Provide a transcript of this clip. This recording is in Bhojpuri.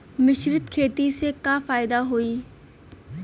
मिश्रित खेती से का फायदा होई?